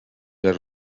les